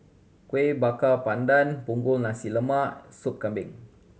Kuih Bakar Pandan Punggol Nasi Lemak Sup Kambing